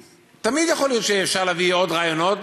תמיד יכול להיות שאפשר להביא עוד רעיונות.